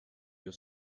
your